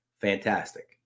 fantastic